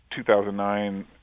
2009